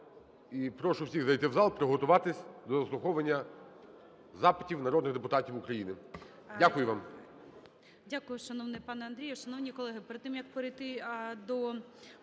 І прошу всіх зайти в зал, приготуватися до заслуховування запитів народних депутатів України. Дякую вам.